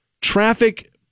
Traffic